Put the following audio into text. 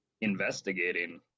investigating